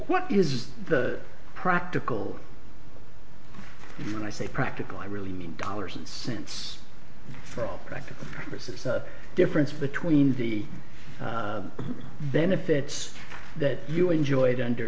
what is the practical when i say practical i really need dollars and cents for all practical purposes the difference between the benefits that you enjoyed under